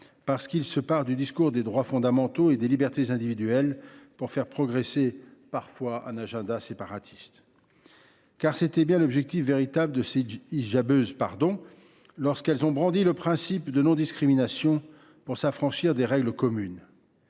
discours se réclamant des droits fondamentaux et des libertés individuelles pour faire progresser un agenda séparatiste. Tel était bien l’objectif véritable des « hijabeuses » lorsqu’elles ont brandi le principe de non discrimination pour s’affranchir des règles communes.